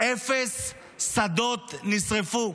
אפס שדות נשרפו,